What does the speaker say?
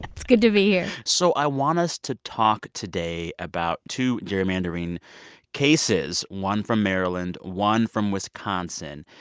it's good to be here so i want us to talk today about two gerrymandering cases one from maryland, one from wisconsin.